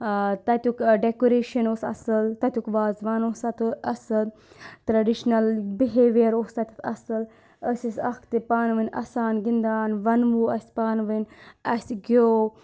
تَتیُک ڈیٚکُریشَن اوس اَصٕل تَتیُک وازوان اوس تہ اَصٕل ٹریٚڈِشنَل بِہیویر اوس تَتیٚتھ اَصٕل أسۍ ٲسۍ اَکھتُے پانہٕ ؤنۍ اَسان گِنٛدان وَنوُو اَسہِ پانہٕ ؤنۍ اَسہِ گیٚو